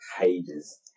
pages